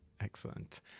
Excellent